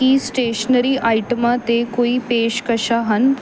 ਕੀ stationery ਆਈਟਮਾਂ 'ਤੇ ਕੋਈ ਪੇਸ਼ਕਸ਼ਾਂ ਹਨ